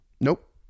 Nope